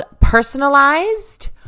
Personalized